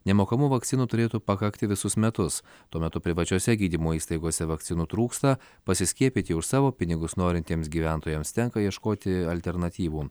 nemokamų vakcinų turėtų pakakti visus metus tuo metu privačiose gydymo įstaigose vakcinų trūksta pasiskiepyti už savo pinigus norintiems gyventojams tenka ieškoti alternatyvų